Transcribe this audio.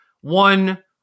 One